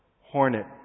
hornet